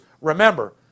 Remember